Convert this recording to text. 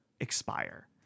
expire